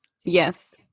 Yes